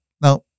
Now